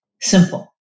simple